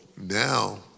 now